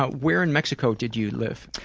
but where in mexico did you live?